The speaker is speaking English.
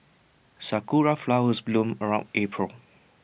Sakura Flowers bloom around April